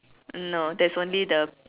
no there's only the